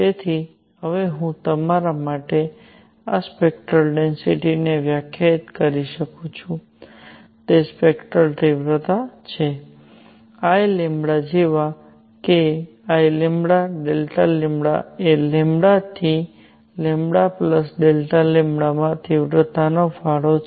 તેથી હવે હું તમારા માટે આ સ્પેક્ટરલ ડેન્સિટિને વ્યાખ્યાયિત કરી શકું છું તે સ્પેક્ટરલ તીવ્રતા છે I જેવા કે IΔλ એ થી Δλ માં તીવ્રતા ફાળો છે